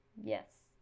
yes